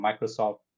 Microsoft